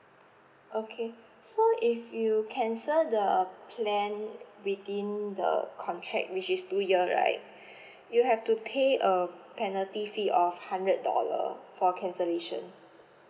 okay so if you cancel the plan within the contract which is two year right you have to pay a penalty fee of hundred dollar for cancellation